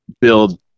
build